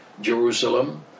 Jerusalem